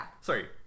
sorry